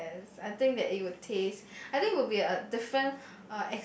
yes I think that it will taste I think it will be a different